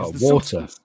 Water